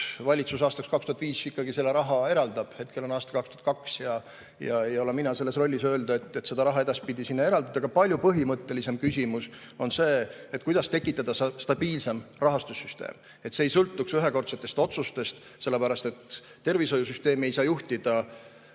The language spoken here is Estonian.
valitsus aastaks 2025 ikkagi selle raha eraldab. Praegu on aasta 2022, ja ei ole mina selles ütleja rollis, et seda raha edaspidi sinna eraldada. Aga palju põhimõttelisem küsimus on see, kuidas tekitada stabiilsem rahastussüsteem, et see ei sõltuks ühekordsetest otsustest. Tervishoiusüsteemi ei saa juhtida